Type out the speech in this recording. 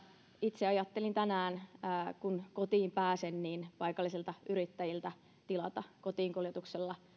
itse ajattelin tänään että kun kotiin pääsen paikallisilta yrittäjiltä tilaan kotiinkuljetuksella